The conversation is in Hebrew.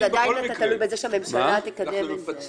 אז עדיין אתה תלוי בזה שהממשלה תקדם את זה.